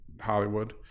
hollywood